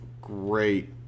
great